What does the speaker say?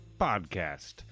podcast